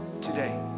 today